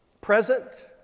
present